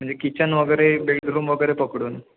म्हणजे किचन वगैरे बेडरूम वगैरे पकडून